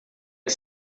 que